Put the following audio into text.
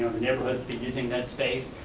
neighborhood's been using net space,